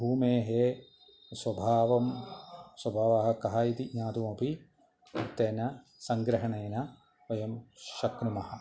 भूमेः स्वभावं स्वभावं कथम् इति ज्ञातुमपि तेन सङ्ग्रहेण वयं शक्नुमः